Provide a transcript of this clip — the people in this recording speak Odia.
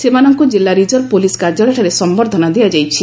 ସେମାନଙ୍କୁ ଜିଲା ରିଜର୍ଭ ପୋଲିସ କାର୍ଯ୍ୟାଳୟଠାରେ ସମ୍ଭର୍ଦ୍ଧନା ଦିଆଯାଇଛି